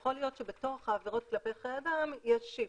יכול להיות שבתוך העבירות כלפי חיי אדם יש shift.